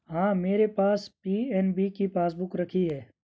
हाँ, मेरे पास पी.एन.बी की पासबुक रखी है